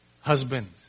Husbands